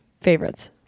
favorites